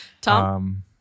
Tom